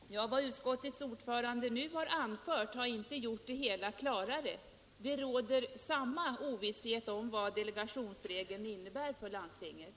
Herr talman! Vad utskottets ordförande nu har anfört har inte gjort det hela klarare. Det råder samma ovisshet om vad delegationsregeln innebär för landstinget.